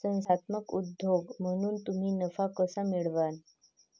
संस्थात्मक उद्योजक म्हणून तुम्ही नफा कसा मिळवाल?